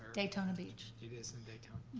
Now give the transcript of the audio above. daytona beach. it is in daytona?